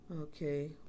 Okay